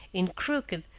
in crooked,